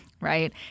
Right